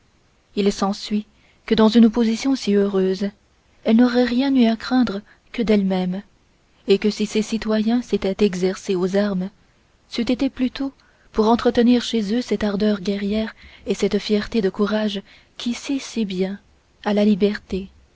il s'ensuit que dans une position si heureuse elle n'aurait rien eu à craindre que d'elle-même et que si ses citoyens s'étaient exercés aux armes c'eût été plutôt pour entretenir chez eux cette ardeur guerrière et cette fierté de courage qui sied si bien à la liberté